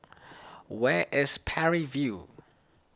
where is Parry View